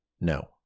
No